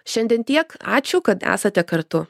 šiandien tiek ačiū kad esate kartu